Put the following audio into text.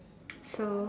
so